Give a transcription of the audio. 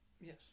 Yes